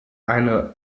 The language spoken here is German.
eine